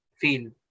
feel